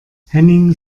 henning